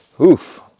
Oof